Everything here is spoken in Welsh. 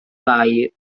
ddau